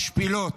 משפילות,